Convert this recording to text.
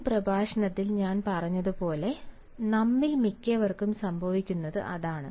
മുൻ പ്രഭാഷണത്തിൽ ഞാൻ പറഞ്ഞതുപോലെ നമ്മിൽ മിക്കവർക്കും സംഭവിക്കുന്നത് അതാണ്